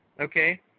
Okay